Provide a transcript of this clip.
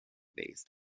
based